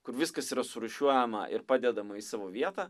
kur viskas yra surūšiuojama ir padedama į savo vietą